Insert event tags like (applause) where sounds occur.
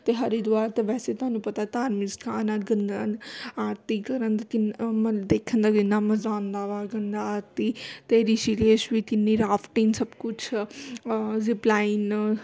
ਅਤੇ ਹਰਿਦੁਆਰ ਤੋਂ ਵੈਸੇ ਤੁਹਾਨੂੰ ਪਤਾ ਧਾਰਮਿਕ ਅਸਥਾਨ ਆ (unintelligible) ਆਰਤੀ ਕਰਨ ਦੇ ਕਿੰਨ ਮਤਲਬ ਦੇਖਣ ਦਾ ਕਿੰਨਾਂ ਮਜ਼ਾ ਆਉਂਦਾ ਵਾ ਗੰਗਾ ਆਰਤੀ ਅਤੇ ਰਿਸ਼ੀਕੇਸ਼ ਵੀ ਕਿੰਨੀ ਰਾਫਟਿੰਗ ਸਭ ਕੁਛ ਰਿਪਲਾਈਨ